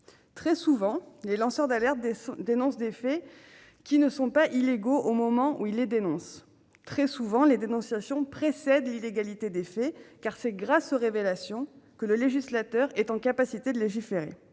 Très souvent, les lanceurs d'alerte révèlent des faits qui ne sont pas illégaux au moment où ils les dénoncent. Très souvent, les dénonciations précèdent l'illégalité des faits, car c'est grâce aux révélations que l'on est en mesure de légiférer.